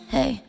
Hey